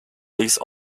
these